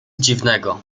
dziwnego